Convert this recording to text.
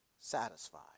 satisfied